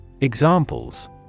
Examples